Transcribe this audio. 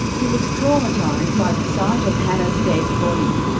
he was traumatised by the sight of hannah's dead body.